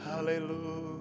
Hallelujah